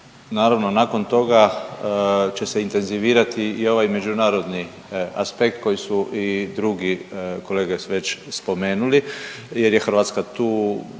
Naravno nakon toga će se intenzivirati i ovaj međunarodni aspekt koji su i drugi kolege već spomenuli, jer je Hrvatska tu